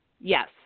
yes